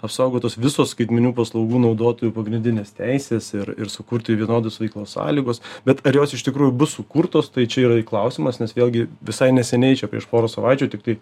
apsaugotos visos skaitmeninių paslaugų naudotojų pagrindinės teisės ir ir sukurti vienodos veiklos sąlygos bet ar jos iš tikrųjų bus sukurtos tai čia yra i klausimas nes vėlgi visai neseniai čia prieš porą savaičių tiktai